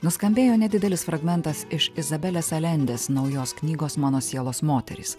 nuskambėjo nedidelis fragmentas iš izabelės alendes naujos knygos mano sielos moterys